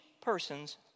person's